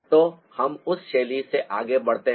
तो हम उस शैली से आगे बढ़ते हैं